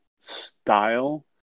style